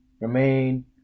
Remain